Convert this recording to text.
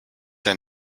der